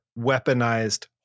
weaponized